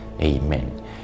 Amen